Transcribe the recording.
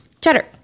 Cheddar